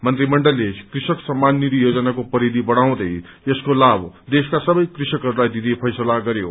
मन्त्रीमण्डलले कृषक सम्मान निधि योजनाको परिधि बढ़ाउँदै यसको लाभ देशका सबै कृषकहरूलाई दिने फैसला गरयो